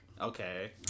Okay